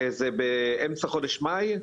זה באמצע חודש מאי,